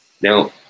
Now